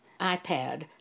iPad